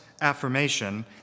affirmation